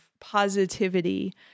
positivity